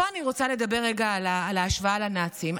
פה אני רוצה לדבר רגע על ההשוואה לנאצים.